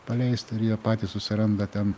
paleisti ir jie patys susiranda ten